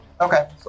Okay